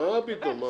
מה פתאום?